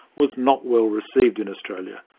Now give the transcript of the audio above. was not well received in australia.